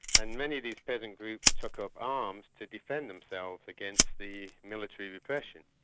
and many of these peasant groups took up arms to defend themselves against the military repression.